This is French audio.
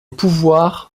pouvoir